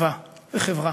וצבא וחברה.